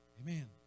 Amen